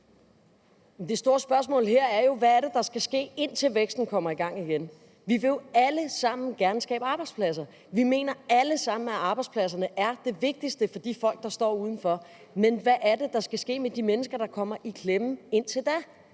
Det store spørgsmål her er jo, hvad der skal ske, indtil væksten kommer i gang igen. Vi vil jo alle sammen gerne skabe arbejdspladser. Vi mener alle sammen, at arbejdspladserne er det vigtigste for de folk, der står udenfor. Men hvad skal der ske med de mennesker, der kommer i klemme, indtil da?